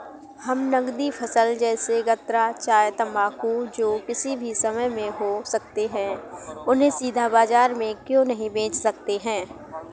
हम नगदी फसल जैसे गन्ना चाय तंबाकू जो किसी भी समय में हो सकते हैं उन्हें सीधा बाजार में क्यो नहीं बेच सकते हैं?